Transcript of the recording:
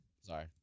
Sorry